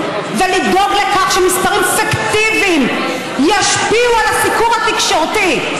ולדאוג לכך שמספרים פיקטיביים ישפיעו על הסיקור התקשורתי.